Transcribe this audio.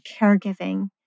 caregiving